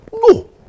no